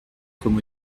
comme